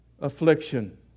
affliction